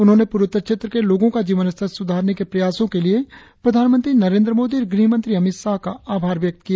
उन्होंने पूर्वोत्तर क्षेत्र के लोगों का जीवन स्तर सुधारने के प्रयासों के लिए प्रधानमंत्री नरेंद्र मोदी और गृहमंत्री अमित शाह का आभार व्यक्त किया